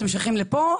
אתם שייכים לפה,